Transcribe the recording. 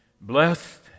blessed